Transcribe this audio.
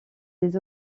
des